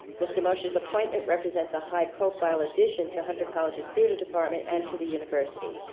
mr. mosher's appointment represents a high-profile addition to hunter college's theatre department and to the university.